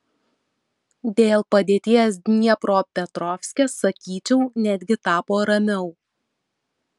dėl padėties dniepropetrovske sakyčiau netgi tapo ramiau